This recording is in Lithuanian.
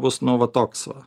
bus nu va toks va